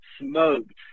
smoked